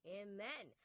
amen